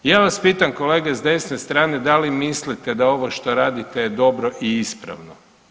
I ja vas pitam kolege s desne strane da li mislite da ovo što radite je dobro i ispravno?